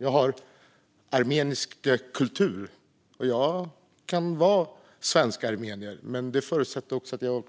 Jag har armenisk kultur, och jag kan vara svensk-armenier, men det förutsätter också att jag